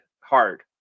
hard